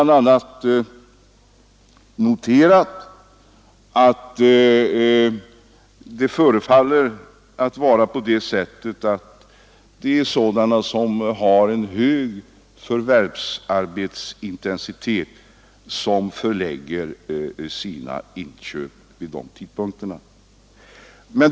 Det förefaller som om det främst vore människor med hög förvärvsintensitet som förlägger sina inköp till sådana dagar.